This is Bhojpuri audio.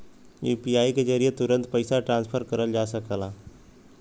यू.पी.आई के जरिये तुरंत पइसा ट्रांसफर करल जा सकला